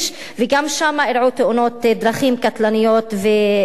וגם שם אירעו תאונות דרכים קטלניות וקשות.